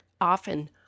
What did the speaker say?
often